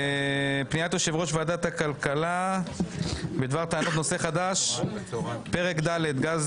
פניית יושב ראש הכלכלה בדבר טענת נושא חדש: פרק ד' (גז